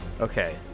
Okay